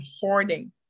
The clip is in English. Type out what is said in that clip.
hoarding